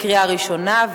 קריאה ראשונה.